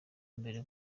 mbere